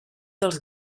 dels